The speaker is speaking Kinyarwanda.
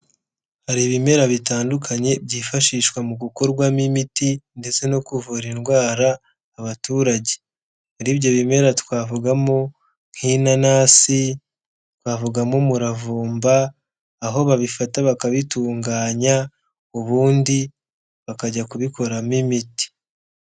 Hari ibimera bitandukanye byifashishwa mu gukorwamo imiti ndetse no kuvura indwara abaturage, muri ibyo bimera twavugamo nk'inanasi, twavugamo umuravumba, aho babifata bakabitunganya, ubundi bakajya kubikoramo imiti.